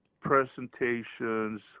presentations